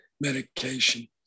medication